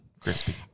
crispy